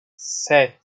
sept